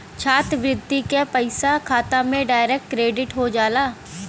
छात्रवृत्ति क पइसा खाता में डायरेक्ट क्रेडिट हो जाला